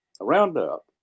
roundup